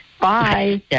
Bye